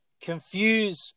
confuse